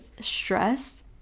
stress